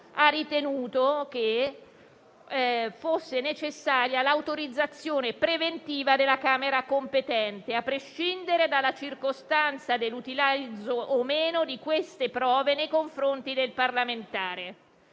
ritenuto che fosse necessaria l'autorizzazione preventiva della Camera competente, a prescindere dalla circostanza dell'utilizzo o meno delle suddette prove nei confronti del parlamentare,